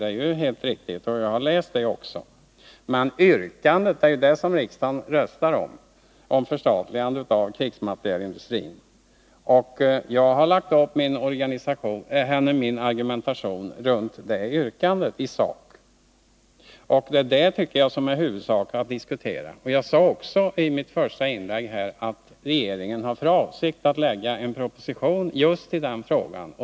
Det är helt riktigt, och jag har också läst motionen. Men det är ju yrkandet som riksdagen röstar om, och det gäller förstatligande av krigsmaterielindustrin. Jag har i sak byggt argumentation på det yrkandet, och jag tycker att det är det som är viktigt att diskutera. Nr 29 Jag sade också i mitt första inlägg att regeringen har för avsikt att lägga Onsdagen den fram en proposition i den nämnda frågan.